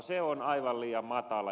se on aivan liian matala